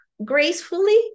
gracefully